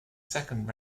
second